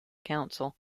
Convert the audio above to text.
council